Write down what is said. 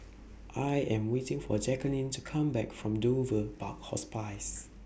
I Am waiting For Jackeline to Come Back from Dover Park Hospice